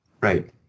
Right